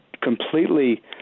completely